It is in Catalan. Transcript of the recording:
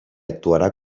actuarà